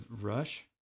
Rush